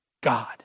God